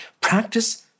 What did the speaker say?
Practice